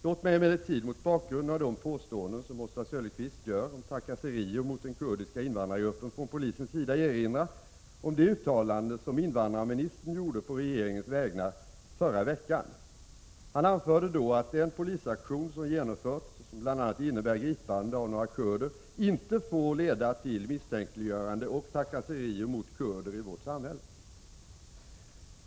Låt mig emellertid, mot bakgrund av de påståenden som Oswald Söderqvist gör om trakasserier mot den kurdiska invandrargruppen från polisens sida, erinra om det uttalande som invandrarministern gjorde på regeringens vägnar förra veckan. Han anförde då att den polisaktion som genomförts och som bl.a. innebär gripande av några kurder inte får leda till misstänkliggörande och trakasserier mot kurder i vårt samhälle.